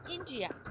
India